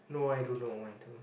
no I do not want to